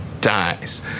dies